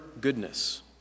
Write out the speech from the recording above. goodness